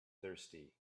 thirsty